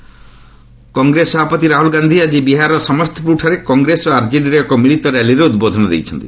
Rahul rally Congress ସଭାପତି ରାହଲ୍ ଗାନ୍ଧି ଆଜି ବିହାରର ସମସ୍ତିପ୍ରରଠାରେ କଂଗ୍ରେସ ଓ ଆର୍ଜେଡିର ଏକ ମିଳିତ ର୍ୟାଲିରେ ଉଦ୍ବୋଧନ ଦେଇଛନ୍ତି